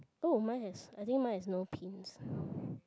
oh mine has I think mine has no paints